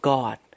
God